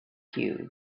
cubes